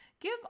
Give